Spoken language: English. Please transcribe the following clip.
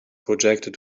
projected